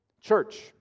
Church